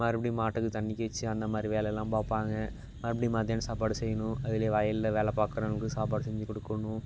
மறுபடி மாட்டுக்கு தண்ணிக்கு வச்சு அந்த மாதிரி வேலைலாம் பார்ப்பாங்க மறுபடி மத்தியானம் சாப்பாடு செய்யிணும் அதிலே வயலில் வேலை பார்க்குறவங்களுக்கு சாப்பாடு செஞ்சு கொடுக்குணும்